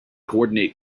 coordinate